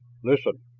listen,